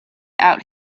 out